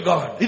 God